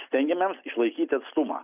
stengiamės išlaikyti atstumą